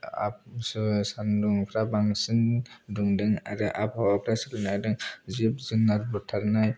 आबहावा सानदुंफ्रा बांसिन दुंदों आरो आबहावाफ्रा सोलायदों जिब जुनार बुथारनाय